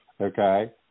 okay